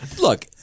Look